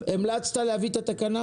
המלצת להביא את התקנה?